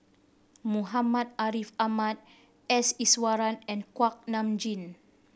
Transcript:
Muhammad Ariff Ahmad S Iswaran and Kuak Nam Jin